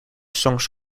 songs